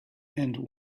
and